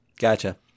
Gotcha